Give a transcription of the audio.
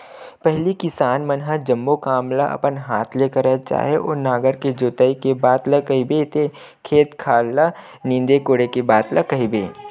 पहिली किसान मन ह जम्मो काम ल अपन हात ले करय चाहे ओ नांगर के जोतई के बात ल कहिबे ते खेत खार ल नींदे कोड़े बात ल कहिबे